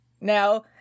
now